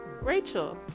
Rachel